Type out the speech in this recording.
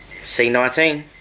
C19